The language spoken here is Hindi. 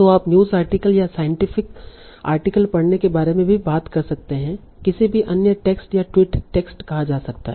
तो आप न्यूज़ आर्टिकल या साइंटिफिक आर्टिकल पढ़ने के बारे में भी बात कर सकते हैं किसी भी अन्य टेक्स्ट या ट्वीट टेक्स्ट कहा जा सकता है